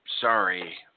sorry